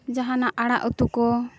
ᱡᱟᱦᱟᱱᱟᱜ ᱟᱲᱟᱜ ᱩᱛᱩ ᱠᱚ